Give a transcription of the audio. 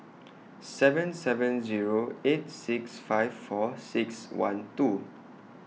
seven seven Zero eight six five four six one two